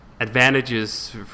advantages